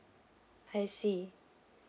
I see